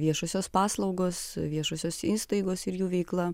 viešosios paslaugos viešosios įstaigos ir jų veikla